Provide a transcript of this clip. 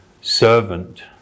servant